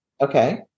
Okay